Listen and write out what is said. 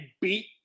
beat